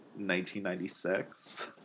1996